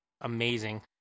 amazing